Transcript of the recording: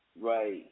right